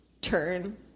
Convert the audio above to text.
turn